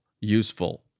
useful